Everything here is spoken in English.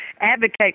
advocate